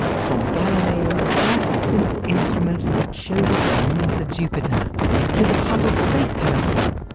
from galileo's first simple instruments that showed us the moons of jupiter to the hubble space telescope,